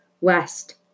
West